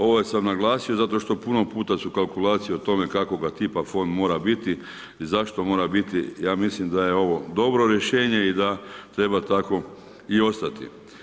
Ovo sam naglasio zato što puno puta su kalkulacije o tome kakvoga tipa fond mora biti i zašto mora biti, ja mislim da je ovo dobro rješenje i da treba tako i ostati.